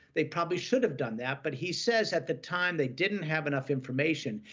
they probably should have done that. but he says, at the time, they didn't have enough information.